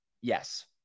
yes